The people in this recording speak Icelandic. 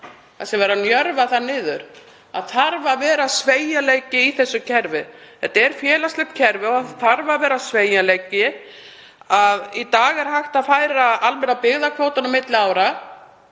verið sé að njörva það niður. Það þarf að vera sveigjanleiki í þessu kerfi. Þetta er félagslegt kerfi og það þarf að vera sveigjanleiki. Í dag er hægt að færa almenna byggðakvótann á milli ára,